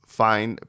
find